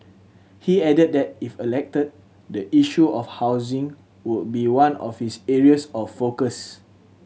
he added that if elected the issue of housing would be one of his areas of focus